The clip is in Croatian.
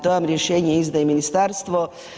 To vam rješenje izdaje Ministarstvo.